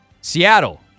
Seattle